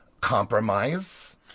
compromise